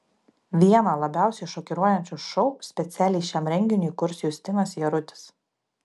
vieną labiausiai šokiruojančių šou specialiai šiam renginiui kurs justinas jarutis